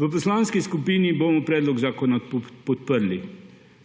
V poslanski skupini bomo predlog zakona podprli,